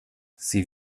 sie